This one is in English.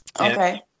Okay